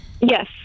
Yes